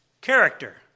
character